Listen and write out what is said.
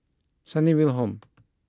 Sunnyville Home